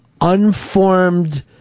unformed